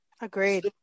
Agreed